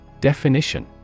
Definition